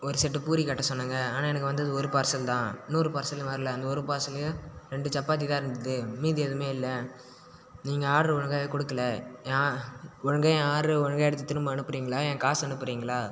ஒரு செட்டு பூரி கட்ட சொன்னேங்க ஆனால் எனக்கு வந்தது ஒரு பார்ஸல் தான் இன்னொரு பார்ஸல் வரல அந்த ஒரு பார்ஸல்லயும் ரெண்டு சப்பாத்தி தான் இருந்துது மீதி எதுவுமே இல்லை நீங்கள் ஆட்ரு ஒழுங்காக கொடுக்கல ஏன் ஒழுங்காக என் ஆடர ஒழுங்காக எடுத்து திரும்ப அனுப்புகிறிங்ளா என் காசை அனுப்புகிறிங்ளா